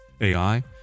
AI